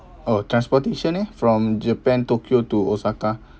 oh transportation leh from japan tokyo to osaka